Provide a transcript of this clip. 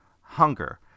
Hunger